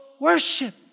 worship